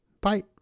Bye